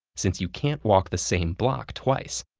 since you can't walk the same block twice.